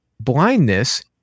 blindness